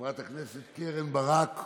חברת הכנסת קרן ברק,